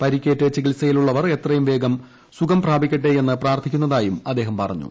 പരിക്കേറ്റ് ചികിൽസയിലുള്ളവർ എത്രയും വേഗം സുഖം പ്രാപിക്കട്ടേയെന്ന് പ്രാർത്ഥിക്കുന്നതായും അദ്ദേഹം പറഞ്ഞു